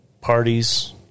parties